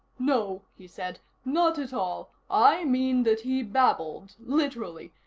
no, he said. not at all. i mean that he babbled. literally.